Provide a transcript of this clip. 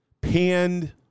panned